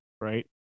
right